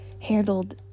handled